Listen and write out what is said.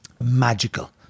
Magical